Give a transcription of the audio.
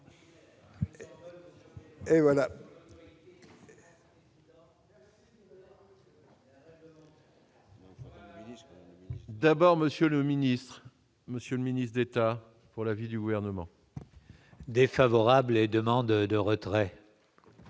D'abord, Monsieur le Ministre, Monsieur le ministre d'État pour la vie du gouvernement défavorable et demande de retrait